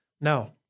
Now